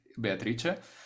Beatrice